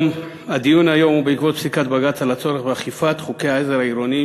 הדיון היום הוא בעקבות פסיקת בג"ץ על הצורך באכיפת חוקי העזר העירוניים